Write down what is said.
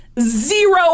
Zero